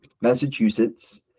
Massachusetts